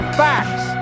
facts